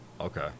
okay